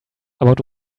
about